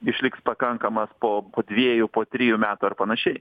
išliks pakankamas po dviejų po trijų metų ar panašiai